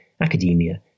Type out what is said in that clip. academia